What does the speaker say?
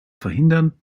verhindern